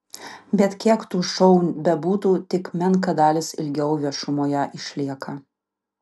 bet kiek tų šou bebūtų tik menka dalis ilgiau viešumoje išlieka